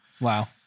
Wow